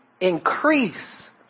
increase